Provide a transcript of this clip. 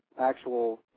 actual